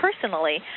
personally